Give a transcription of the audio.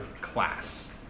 class